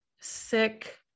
sick